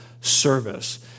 service